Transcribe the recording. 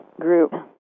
group